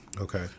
Okay